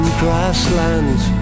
grasslands